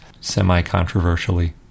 semi-controversially